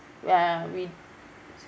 uh we